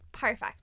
perfect